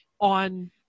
on